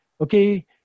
Okay